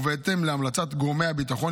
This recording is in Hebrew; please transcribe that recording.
ובהתאם להמלצת גורמי הביטחון,